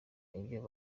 ibyo